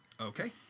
okay